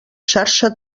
xarxa